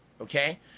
okay